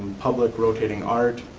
public rotating art,